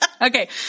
Okay